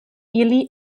ili